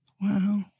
Wow